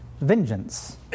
vengeance